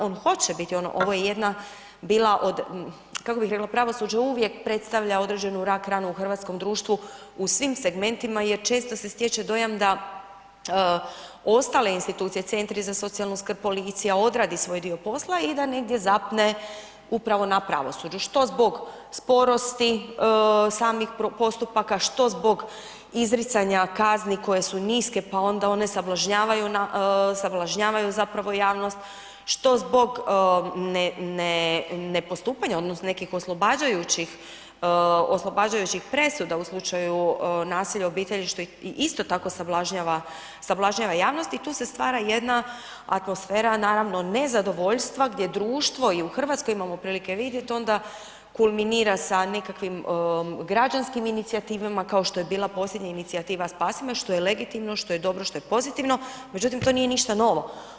On hoće, ovo je jedna bila od, kako bih rekla, pravosuđe uvijek predstavlja određenu rak-ranu u hrvatskom društvu u svim segmentima jer često se stječe dojam da ostale institucije, centri za socijalnu skrb, policija, odradi svoj dio posla i da negdje zapne upravo na pravosuđu, što zbog sporosti samih postupaka, što zbog izricanja kazni koje su niske pa onda one sablažnjavaju zapravo javnost, što zbog nepostupanja, odnosno nekih oslobađajućih presuda u slučaju nasilja u obitelji, što isto tako sablažnjava javnost i tu se stvara jedna atmosfera, naravno nezadovoljstva gdje društvo, i u Hrvatskoj imamo prilike vidjeti onda, kulminira se nekakvim građanskim inicijativama, kao što se bila posljednja inicijativa Spasi me, što je legitimno, što je dobro, što je pozitivno, međutim, to nije ništa novo.